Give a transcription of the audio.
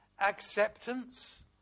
acceptance